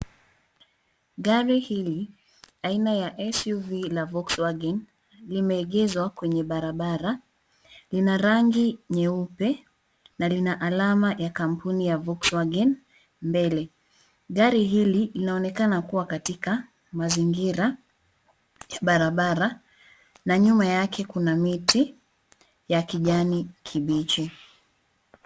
Gari hili, aina ya Suv la Volkswagen, limeegezwa kwenye barabara, lina rangi nyeupe na lina alama ya kampuni ya Volkswagen mbele. Gari hili linaonekana kuwa katika mazingira ya barabara na nyuma yake kuna miti ya kijani kibichi.